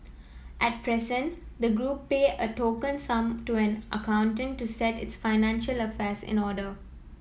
at present the group pay a token sum to an accountant to set its financial affairs in order